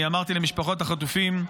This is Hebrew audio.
אמרתי למשפחות החטופים,